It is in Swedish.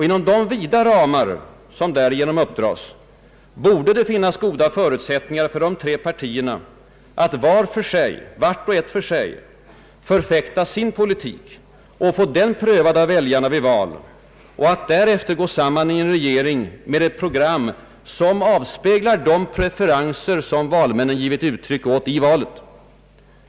Inom de vida ramar som därigenom uppdras borde det finnas goda förutsättningar för de tre oppositionspartierna att vart och ett för sig förfäkta sin politik och få den prövad av väljarna vid val och att därefter gå samman i en regering med ett program som avspeglar de preferenser som valmännen givit uttryck åt i valet.